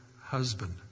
husband